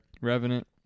Revenant